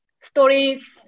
stories